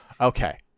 Okay